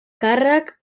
càrrec